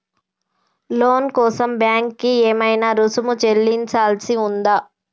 లోను కోసం బ్యాంక్ కి ఏమైనా రుసుము చెల్లించాల్సి ఉందా?